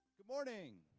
good morning!